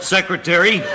Secretary